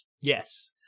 Yes